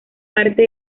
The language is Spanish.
parte